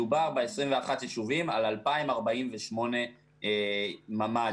מדובר ב-21 יישובים על 2,048 ממ"דים.